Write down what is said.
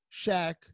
Shaq